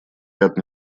ряд